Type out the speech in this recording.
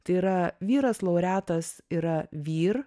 tai yra vyras laureatas yra vyr